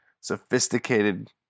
sophisticated